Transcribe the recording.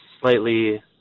slightly